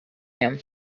him